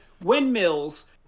Windmills